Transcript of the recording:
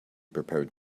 prepared